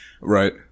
Right